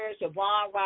Yvonne